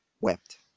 wept